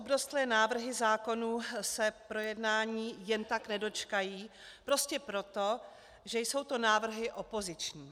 Vousem obrostlé návrhy zákonů se projednání jen tak nedočkají prostě proto, že jsou to návrhy opoziční.